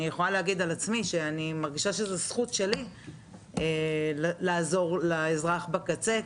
אני יכולה להגיד על עצמי שאני מרגישה שזו זכות שלי לעזור לאזרח בקצה.